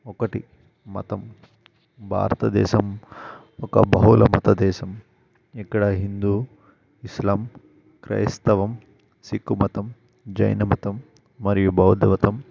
ఒకటి మతం భారతదేశం ఒక భౌల మతదేశం ఇక్కడ హిందూ ఇస్లాం క్రైస్తవం సిక్కు మతం జైన మతం మరియు బౌద్ధమతం